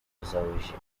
reservation